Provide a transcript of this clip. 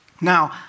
Now